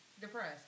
depressed